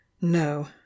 no